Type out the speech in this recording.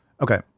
Okay